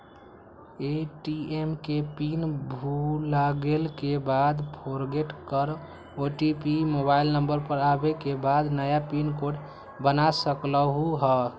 ATM के pin भुलागेल के बाद फोरगेट कर ओ.टी.पी मोबाइल नंबर पर आवे के बाद नया पिन कोड बना सकलहु ह?